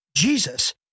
Jesus